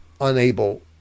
unable